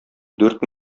дүрт